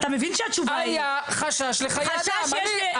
היה חשש לחיי אדם.